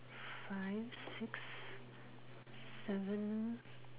five six seven